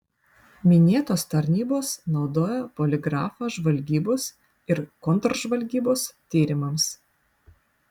minėtos tarnybos naudoja poligrafą žvalgybos ir kontržvalgybos tyrimams